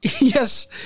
Yes